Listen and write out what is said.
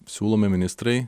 siūlomi ministrai